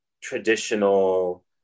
traditional